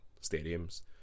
stadiums